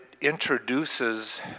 introduces